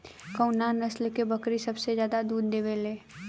कउन नस्ल के बकरी सबसे ज्यादा दूध देवे लें?